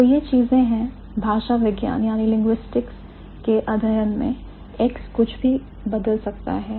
तो यह चीजें हैं भाषा विज्ञान के अध्ययन में X कुछ भी बदल सकता है